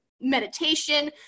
meditation